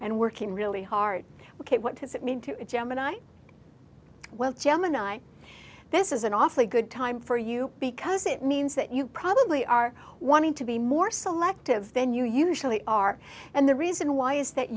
and working really hard but what does it mean to gemini well gemini this is an awfully good time for you because it means that you probably are wanting to be more selective then you usually are and the reason why is that